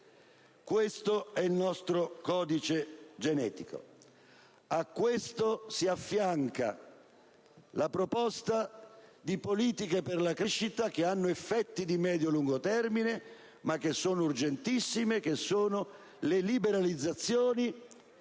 Questo è il nostro codice genetico. A ciò si affianca la proposta di politiche per la crescita che hanno effetti di medio-lungo termine, ma che sono urgentissime. Mi riferisco alle liberalizzazioni